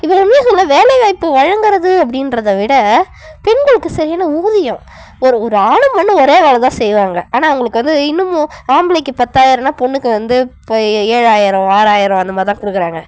இப்போது உண்மையை சொன்னால் வேலைவாய்ப்பு வழங்குறது அப்படின்றத விட பெண்களுக்கு சரியான ஊதியம் ஒரு ஒரு ஆணும் பெண்ணும் ஒரே வேலைதான் செய்வாங்க ஆனால் அவங்களுக்கு வந்து இன்னுமும் ஆம்பளைக்கு பத்தாயிரம்னா பொண்ணுக்கு வந்து ஏழாயிரம் ஆறாயிரம் அந்த மாதிரிதான் கொடுக்கறாங்க